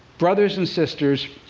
brothers and sisters,